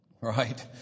right